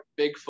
Bigfoot